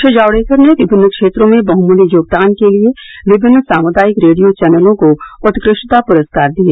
श्री जावडेकर ने विभिन्न क्षेत्रों में बहमुल्य योगदान के लिए विभिन्न सामुदायिक रेडियो चैनलों को उत्कृष्टता प्रस्कार दिए